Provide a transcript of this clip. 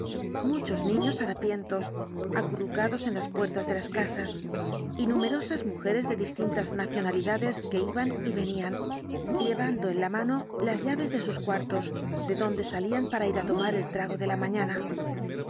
muchos niños harapientos acurrucados en las puertas de las casas y numerosas mujeres de distintas nacionalidades que iban y venían llevando en la mano las llaves de sus cuartos de donde salían para ir á tomar el trago de la mañana